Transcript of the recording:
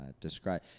describe